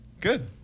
Good